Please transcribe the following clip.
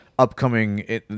upcoming